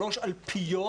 שלוש אלפיות